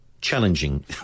challenging